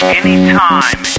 anytime